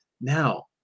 Now